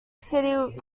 city